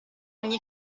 ogni